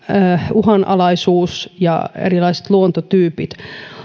uhanalaisuus ja erilaiset luontotyypit